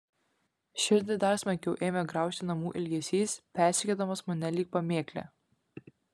širdį dar smarkiau ėmė graužti namų ilgesys persekiodamas mane lyg pamėklė